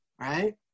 right